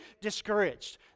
discouraged